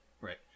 Right